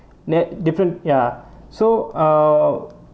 net different ya so uh